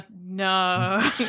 no